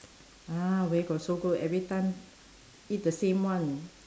ah where got so good every time eat the same one